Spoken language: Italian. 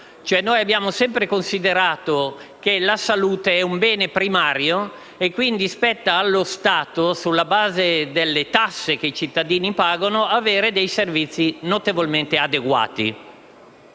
abbiamo sempre considerato la salute un bene primario e, quindi, spetta allo Stato, sulla base delle tasse che i cittadini pagano, fornire dei servizi notevolmente adeguati.